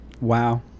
Wow